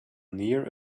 near